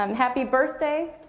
um happy birthday.